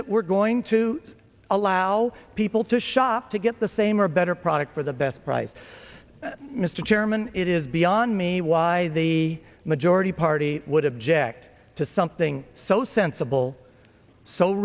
that we're going to allow people to shop to get the same or better product for the best price mr chairman it is beyond me why the majority party would object to something so sensible so